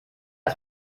ist